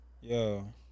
yo